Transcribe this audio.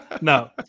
No